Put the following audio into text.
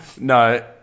No